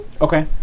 Okay